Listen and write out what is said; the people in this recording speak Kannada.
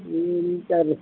ಹ್ಞೂ ಸರಿ